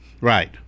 right